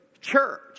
church